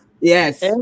Yes